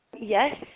yes